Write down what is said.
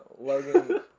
Logan